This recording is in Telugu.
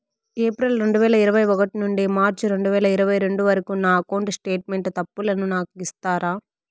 ఏప్రిల్ రెండు వేల ఇరవై ఒకటి నుండి మార్చ్ రెండు వేల ఇరవై రెండు వరకు నా అకౌంట్ స్టేట్మెంట్ తప్పులను నాకు ఇస్తారా?